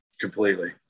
completely